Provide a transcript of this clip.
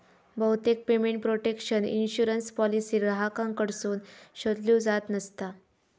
बहुतेक payment protection insurance policy ग्राहकांकडसून शोधल्यो जात नसता